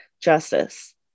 justice